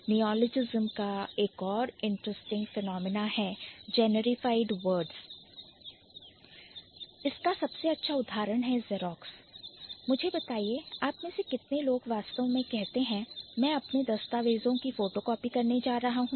Neologism का एक और interesting phenomenonफिनोमिना है Generified words Generified words का सबसे अच्छा उदाहरण है Xerox मुझे बताइए कि आप में से कितने लोग वास्तव में कहते हैं कि मैं अपने दस्तावेजों की फोटो कॉपी करने जा रहा हूं